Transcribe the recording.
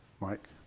Mike